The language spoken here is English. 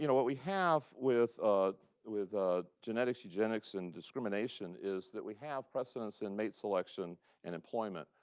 you know what we have with ah with ah genetics, eugenics, and discrimination is that we have precedence in mate selection and employment,